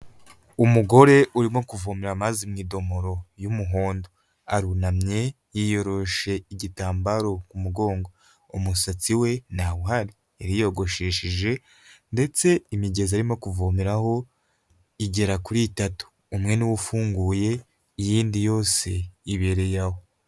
Umugore urimo kuvomerama amazi mu idomoro y'umuhondo arunamye yiyoroshe igitambaro ku mugongo, umusatsi we ntawuhari yariyogosheshe, ndetse imigezi arimo kuvomeraho igera kuri itatu, umwe niwo ufunguye iyindi yose ibereye aho.